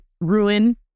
ruin